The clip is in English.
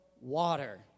water